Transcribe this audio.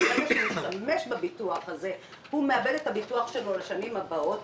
כי ברגע שהוא ישתמש בביטוח הזה הוא יאבד את הביטוח שלו לשנים הבאות,